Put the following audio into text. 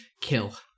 Kill